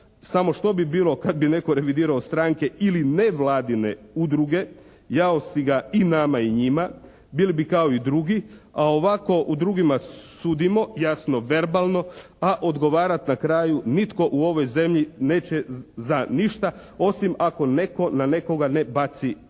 Samo što bi bilo kad bi netko revidirao stranke ili nevladine udruge, jao si ga i nama i njima. Bili bi kao i drugi. A ovako o drugima sudimo, jasno verbalno, a odgovarat na kraju nitko u ovoj zemlji neće za ništa osim ako netko na nekoga ne baci pik.